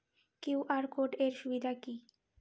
QR code এর সুবিধা কি?